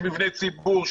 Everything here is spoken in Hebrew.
של מבני ציבור,